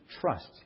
trust